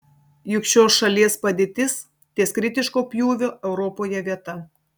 juk šios šalies padėtis ties kritiško pjūvio europoje vieta